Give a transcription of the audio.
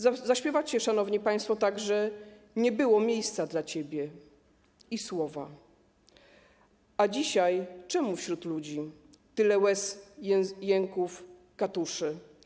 Zaśpiewajcie, szanowni państwo, także „Nie było miejsca dla Ciebie” i słowa: A dzisiaj czemu wśród ludzi tyle łez, jęków, katuszy?